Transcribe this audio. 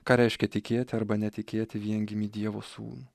ką reiškia tikėti arba netikėti viengimį dievo sūnų